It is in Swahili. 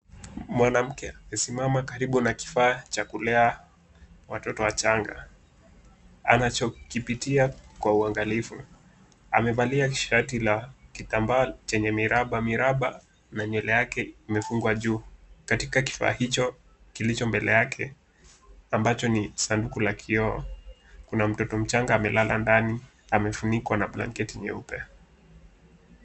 Mwanamke amesimama karibu na kifaa cha kulea watoto wachanga anachokipitia kwa uangalifu. Amevalia shati la kitambaa chenye miraba miraba na nywele yake imefungwa juu. Katika kifaa hicho kilicho mbele yake ambacho ni sanduku la kioo kuna mtoto mchanga amelala ndani, amefunikwa na blanketi nyeupe.